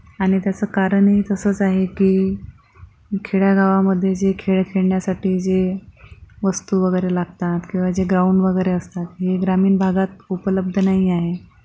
आणि त्याचं कारणही तसंच आहे की खेडेगावामधे जे खेळ खेळण्यासाठी जे वस्तू वगैरे लागतात किंवा जे ग्राउंड वगैरे असतात हे ग्रामीण भागात उपलब्ध नाही आहे